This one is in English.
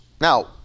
Now